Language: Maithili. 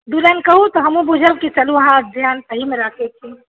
दू लाइन कहू तऽ हमहूँ बूझब जे अहाँ ध्यान सहीमे राखैत छी